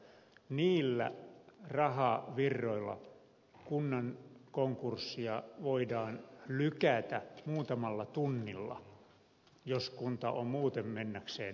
niillä rahavirroilla kunnan konkurssia voidaan lykätä muutamalla tunnilla jos kunta on muuten mennäkseen konkurssiin